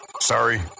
Sorry